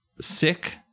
sick